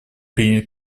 принят